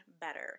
better